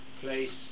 place